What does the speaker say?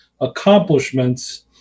Accomplishments